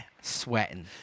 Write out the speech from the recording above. Sweating